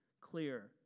clear